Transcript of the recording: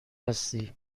هستی